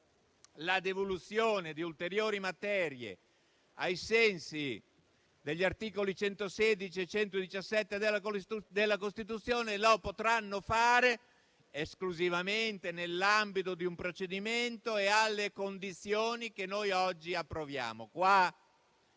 la devoluzione di ulteriori materie, ai sensi degli articoli 116 e 117 della Costituzione, lo potrà fare esclusivamente nell'ambito di un procedimento e alle condizioni che noi oggi approviamo.